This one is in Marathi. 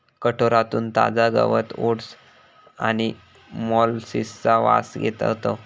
कोठारातून ताजा गवत ओट्स आणि मोलॅसिसचा वास येत होतो